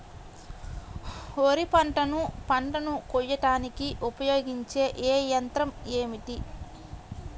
వరిపంటను పంటను కోయడానికి ఉపయోగించే ఏ యంత్రం ఏమిటి?